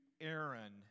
Aaron